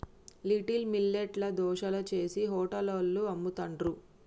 little millet ల దోశలు చేశి హోటళ్లలో అమ్ముతాండ్రు